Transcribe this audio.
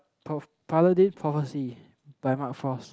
Proph~ Paladin Prophecy by Mark Frost